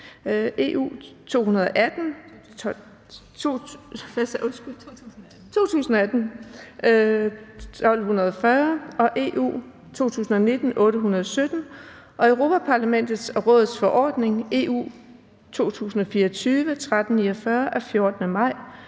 (EU) 2018/1240 og (EU) 2019/817 og Europa-Parlamentets og Rådets forordning (EU) 2024/1349 af 14. maj